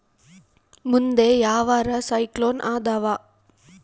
ಮುಂದೆ ಯಾವರ ಸೈಕ್ಲೋನ್ ಅದಾವ?